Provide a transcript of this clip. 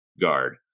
guard